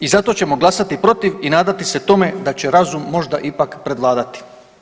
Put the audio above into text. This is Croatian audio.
I zato ćemo glasati protiv i nadati se tome da će razum možda ipak prevladati.